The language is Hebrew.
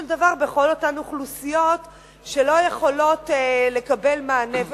דבר בכל אותן אוכלוסיות שלא יכולות לקבל מענה.